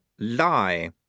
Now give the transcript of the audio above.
Lie